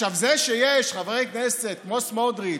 זה שיש חברי כנסת כמו סמוטריץ',